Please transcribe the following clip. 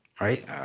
Right